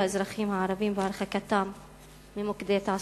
האזרחים הערבים והרחקתם ממוקדי תעסוקה.